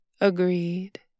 agreed